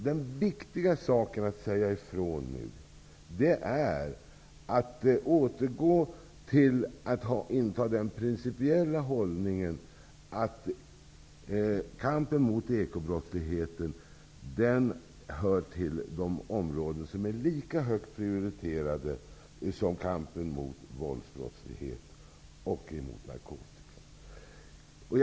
Det är nu viktigt att återgå till den principiella hållningen att kampen mot ekobrottsligheten hör till de områden som är lika högt prioriterade som kampen mot våldsbrott och narkotika.